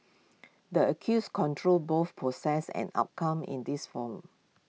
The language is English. the accused controls both process and outcome in this forum